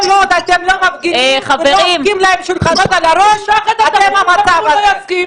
כל עוד אתם לא מפגינים ולא הופכים להם שולחנות על הראש אתם במצב הזה.